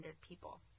people